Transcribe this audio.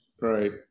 Right